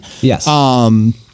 Yes